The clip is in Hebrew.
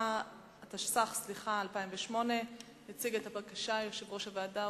התשס"ח 2008. יציג את הבקשה יושב-ראש הוועדה,